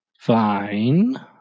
Fine